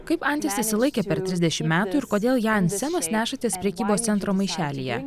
kaip antis išsilaikė per trisdešimt metų ir kodėl ją ant scenos nešatės prekybos centro maišelyje